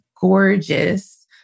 gorgeous